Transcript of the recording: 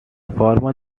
former